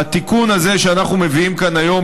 התיקון הזה שאנחנו מביאים כאן היום,